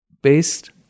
Based